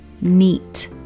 neat